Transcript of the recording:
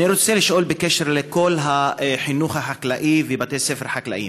אני רוצה לשאול בקשר לכל החינוך החקלאי ובתי הספר החקלאיים.